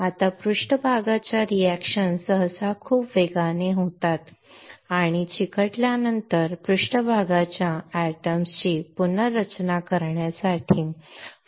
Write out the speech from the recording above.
आता पृष्ठभागाच्या रिएक्शन सहसा खूप वेगाने होतात आणि चिकटल्यानंतर पृष्ठभागाच्या एटम ची पुनर्रचना करण्यासाठी फारच कमी वेळ असतो